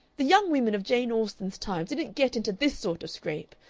the young women of jane austen's time didn't get into this sort of scrape!